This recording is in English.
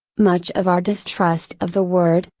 much of our distrust of the word,